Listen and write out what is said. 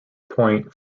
pointe